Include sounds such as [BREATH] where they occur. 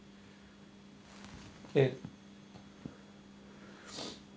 and [BREATH]